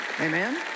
Amen